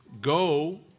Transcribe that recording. Go